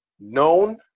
known